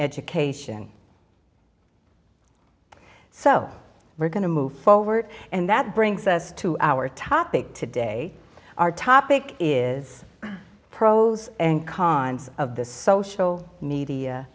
education so we're going to move forward and that brings us to our topic today our topic is the pros and cons of this social media